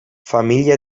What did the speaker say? familia